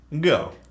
go